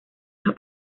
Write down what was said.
los